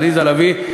עליזה לביא,